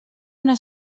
una